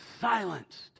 silenced